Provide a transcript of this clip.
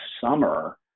summer